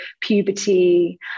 puberty